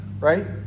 right